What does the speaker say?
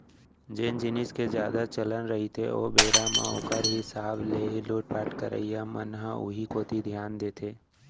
जेन जिनिस के जादा चलन रहिथे ओ बेरा म ओखर हिसाब ले ही लुटपाट करइया मन ह उही कोती धियान देथे